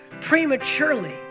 prematurely